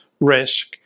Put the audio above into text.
risk